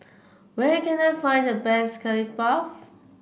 where can I find the best Curry Puff